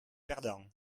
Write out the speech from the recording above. perdants